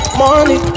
money